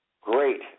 great